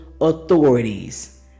authorities